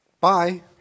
Bye